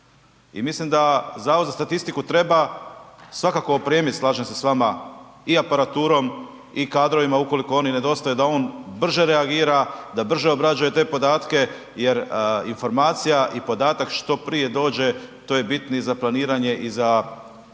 I mislim da zavod za statistiku svakako opremit, slažem se s vama i aparaturom i kadrovima ukoliko oni nedostaju da on brže reagira, da brže obrađuje te podatke jer informacija i podatak što prije dođe to je bitniji za planiranje i za planiranje